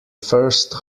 first